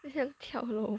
很像跳楼